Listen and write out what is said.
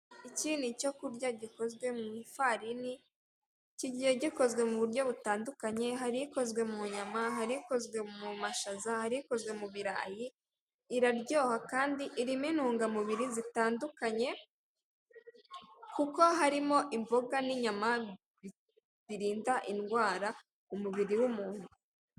Iki ni icyo kurya gikozwe mu ifarini, kigiye gikozwe mu buryo butandukanye, hari ikozwe mu nyama, hari ikozwe mu mashaza, hari ikozwe mu birayi, iraryoha kandi irimo intungamubiri zitandukanye kuko harimo imboga n'inyama birinda indwara mu mubiri w'umuntu.